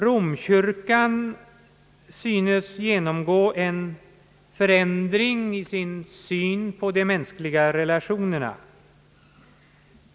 Romkyrkan synes genomgå en förändring i sin syn på de mänskliga relationerna.